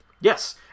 Yes